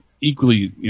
equally